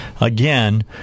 Again